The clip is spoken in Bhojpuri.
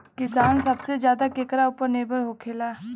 किसान सबसे ज्यादा केकरा ऊपर निर्भर होखेला?